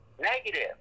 Negative